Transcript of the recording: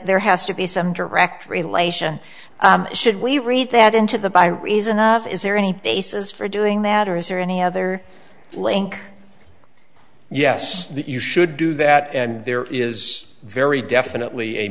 there has to be some direct relation should we read that into the by reason of is there any basis for doing that or is there any other link yes you should do that and there is very definitely a